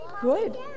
Good